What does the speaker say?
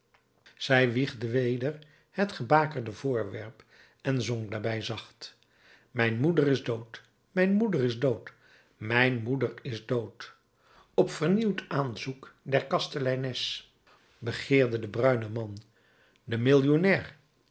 zij wiegde weder het gebakerde voorwerp en zong daarbij zacht mijn moeder is dood mijn moeder is dood mijn moeder is dood op vernieuwd aanzoek der kasteleines begeerde de bruine man de millionair